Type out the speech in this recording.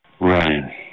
Ryan